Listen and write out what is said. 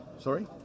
Sorry